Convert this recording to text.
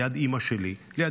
ליד אימא שלי.